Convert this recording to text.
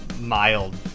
mild